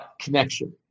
connection